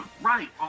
Right